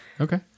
Okay